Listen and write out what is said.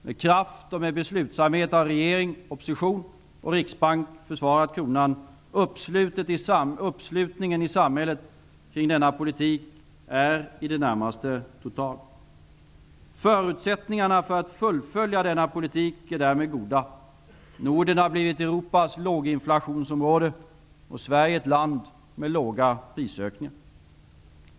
Med kraft och beslutsamhet har regeringen, oppositionen och Riksbanken försvarat kronan. Uppslutningen i samhället kring denna politik är i det närmaste total. Förutsättningarna för att fullfölja denna politik är därmed goda. Norden har blivit Europas låginflationsområde och Sverige ett land med låga prisökningar.